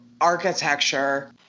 architecture